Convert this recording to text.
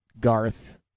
Garth